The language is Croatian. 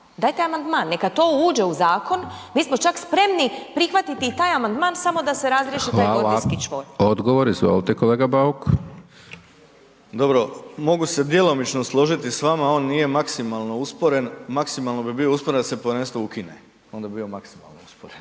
dajte amandman. Neka to uđe u zakon. Mi smo čak spremni prihvatiti i taj amandman samo da se razriješi taj gordijski čvor. **Hajdaš Dončić, Siniša (SDP)** Hvala, odgovor, izvolite kolega Bauk. **Bauk, Arsen (SDP)** Dobro, mogu se djelomično složiti s vama, on nije maksimalno usporen, maksimalno bi bio usporen da se povjerenstvo ukine, onda bi bio maksimalno usporen.